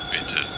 Bitte